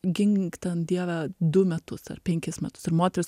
gink ten dieve du metus ar penkis metus ir moteris